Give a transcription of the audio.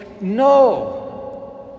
no